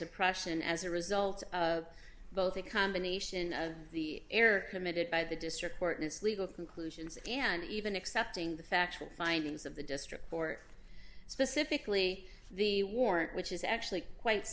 suppression as a result of both the combination of the error committed by the district court and its legal conclusions and even accepting the factual findings of the district court specifically the warrant which is actually quite